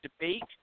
Debate